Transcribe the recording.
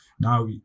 Now